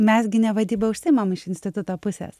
mes gi ne vadyba užsiimam iš instituto pusės